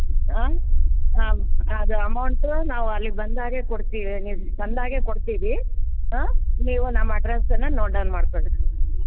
ಹಾಂ ಹಾಂ ಹಾಂ ಅದು ಅಮೌಂಟು ನಾವು ಅಲ್ಲಿಗೆ ಬಂದು ಹಾಗೆ ಕೊಡ್ತೇವೆ ನಿಮ್ಮ ಬಂದ ಹಾಗೆ ಕೊಡ್ತಿವಿ ಹಾಂ ನೀವು ನಮ್ಮ ಅಡ್ರಸನ್ನು ನೋಟ್ ಡೌನ್ ಮಾಡ್ಕೊಳ್ಳಿ ರೀ